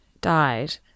died